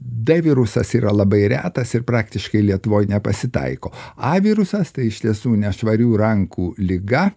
d virusas yra labai retas ir praktiškai lietuvoj nepasitaiko a virusas tai iš tiesų nešvarių rankų liga